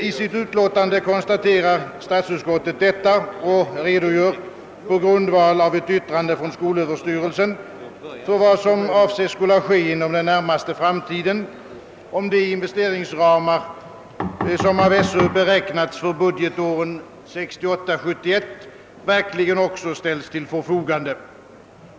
I sitt utlåtande konstaterar statsutskottet detta och redogör på grundval av ett yttrande från skolöverstyrelsen för vad som avses skola ske inom den närmaste framtiden, om de investeringsramar som skolöverstyrel sen beräknat för budgetåren 1968 71 verkligen också ställs till förfogande.